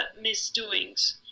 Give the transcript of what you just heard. misdoings